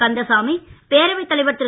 கந்தசாமி பேரவைத்தலைவர் திரு